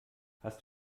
hast